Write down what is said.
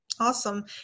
awesome